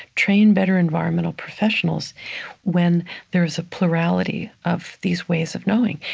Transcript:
train better environmental professionals when there's a plurality of these ways of knowing,